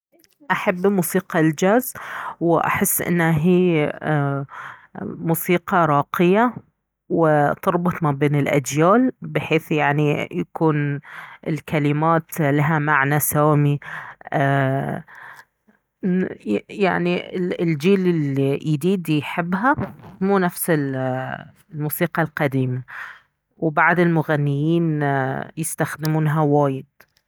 احب موسيقى الجاز واحس انه هي موسيقى راقية وتربط ما بين الأجيال بحيث يعني يكون الكلمات لها معنى سامي...يعني ال الجيل اليديد يحبها مو نفس الموسيقى القديمة وبعد المغنيين يستخدمونها وايد